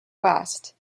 west